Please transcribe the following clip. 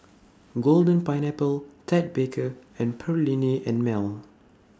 Golden Pineapple Ted Baker and Perllini and Mel